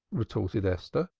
retorted esther.